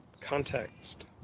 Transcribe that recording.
context